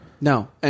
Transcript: No